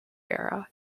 era